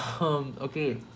okay